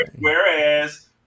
whereas